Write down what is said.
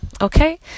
okay